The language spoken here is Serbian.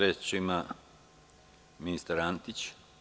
Reč ima ministar Antić.